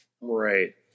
Right